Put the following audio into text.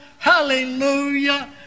Hallelujah